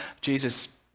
jesus